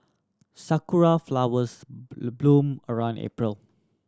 sakura flowers bloom around April